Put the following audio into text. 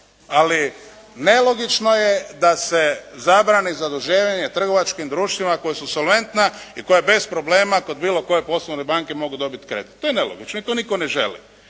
Ali nelogično je da se zabrani zaduživanje trgovačkim društvima koja su solventna i koja bez problema kod bilo koje poslovne banke mogu dobiti kredit. To je nelogično i to nitko ne želi